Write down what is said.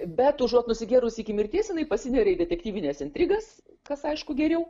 bet užuot nusigėrusi iki mirties jinai pasineria į detektyvines intrigas kas aišku geriau